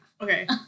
okay